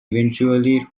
eventually